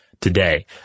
today